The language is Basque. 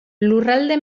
lurralde